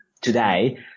today